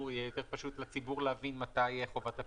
שיהיה יותר פשוט לציבור להבין מתי חובת הפיקדון נכנסת לתוקף.